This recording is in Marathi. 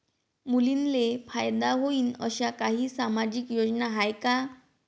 मुलींले फायदा होईन अशा काही सामाजिक योजना हाय का?